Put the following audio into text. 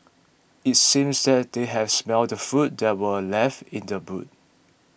it seems that they had smelt the food that were left in the boot